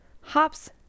Hops